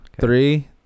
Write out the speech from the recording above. Three